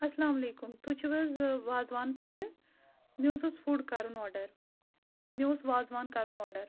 اَسَلامُ عَلیکُم تُہۍ چھِو حظ وازوان پٮ۪ٹھٕ مےٚ حظ اوس فُڈ کَرُن آڈَر مےٚ اوس وازوان کَرُن آڈَر